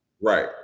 Right